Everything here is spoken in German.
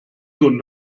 nun